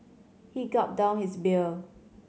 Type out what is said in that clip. he gulped down his beer